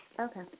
Okay